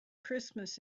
christmas